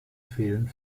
fehlen